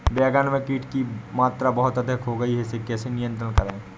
बैगन में कीट की मात्रा बहुत अधिक हो गई है इसे नियंत्रण कैसे करें?